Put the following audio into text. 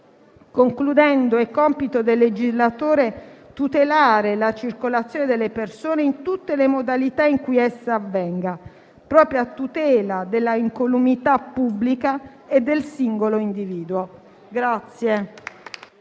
Concludendo, è compito del legislatore tutelare la circolazione delle persone in tutte le modalità in cui essa avvenga, proprio a tutela della incolumità pubblica e del singolo individuo.